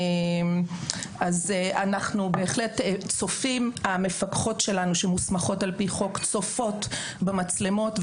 אז אנחנו בהחלט צופים המפקחות שלנו שמוסמכות על-פי חוק צופות במצלמות,